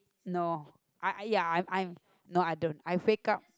no I ya I I no I don't I fake up